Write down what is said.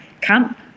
camp